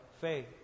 faith